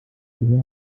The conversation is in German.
gehör